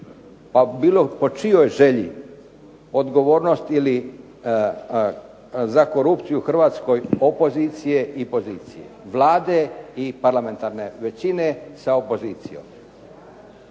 pa bilo po čijoj želji odgovornost ili za korupciju u Hrvatskoj opozicije i pozicije Vlade i parlamentarne većine sa opozicijom.